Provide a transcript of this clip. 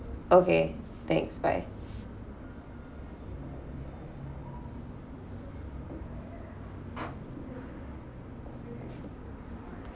okay thanks bye